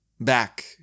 Back